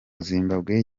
zimbabwe